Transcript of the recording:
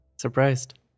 surprised